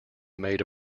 made